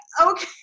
okay